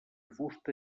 fusta